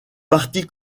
parti